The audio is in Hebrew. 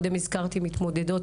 או מתמודדות